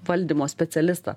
valdymo specialistą